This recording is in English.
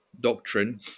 doctrine